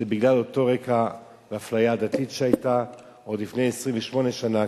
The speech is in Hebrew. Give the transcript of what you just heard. זה בגלל אותו רקע ואפליה עדתית שהיתה עוד לפני 28 שנה,